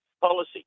policy